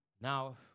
Now